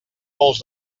pols